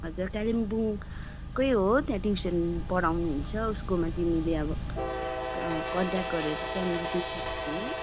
हजुर कालिम्पोङकै हो त्यहाँ ट्युसन पढाउनुहुन्छ उसकोमा तिमीले अब कन्ट्याक्ट गरेर त्यहाँनिर ट्युसन लिनु